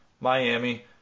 Miami